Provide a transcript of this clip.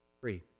free